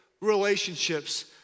relationships